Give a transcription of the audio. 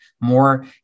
more